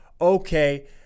okay